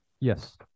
Yes